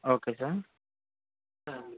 okay sir